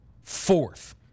fourth